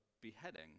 beheading